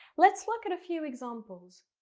let's look at a few examples.